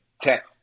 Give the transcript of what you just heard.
tech